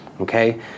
okay